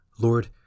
Lord